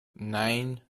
nein